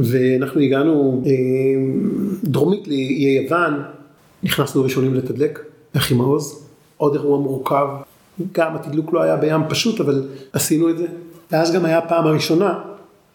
ואנחנו הגענו, דרומית לאיי יוון, נכנסנו ראשונים לתדלק, אח"י מעוז. עוד אירוע מורכב, גם התדלוק לא היה בים פשוט, אבל עשינו את זה. ואז גם היה הפעם הראשונה,